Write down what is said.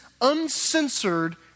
uncensored